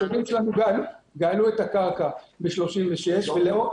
התושבים שלנו גאלו את הקרקע ב-1936 ולאורך